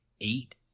eight